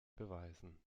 beweisen